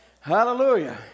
Hallelujah